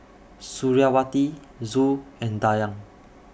Suriawati Zul and Dayang